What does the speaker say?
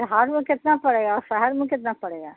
شہر میں کتنا پڑے گا اور شہر میں کتنا پڑے گا